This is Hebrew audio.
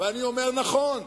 אבל אני אומר: נכון,